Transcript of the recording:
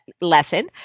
lesson